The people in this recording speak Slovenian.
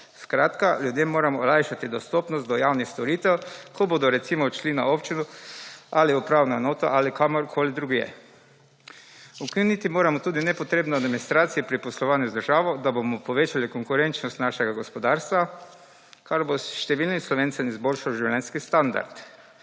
Skratka, ljudem moramo olajšati dostopnost do javnih storitev, ko bodo recimo odšli na občino ali upravno enoto ali kamorkoli drugje. Ukiniti moramo tudi nepotrebne administracije pri poslovanju z državo, da bomo povečali konkurenčnost našega gospodarstva, kar bo številnim Slovencem izboljšalo življenjski standard.